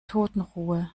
totenruhe